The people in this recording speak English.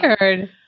weird